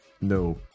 no